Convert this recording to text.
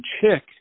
Chick